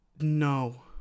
No